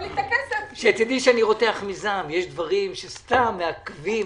שתדעי, שאני רותח מזעם, יש דברים שסתם מעכבים.